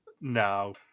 No